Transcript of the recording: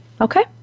Okay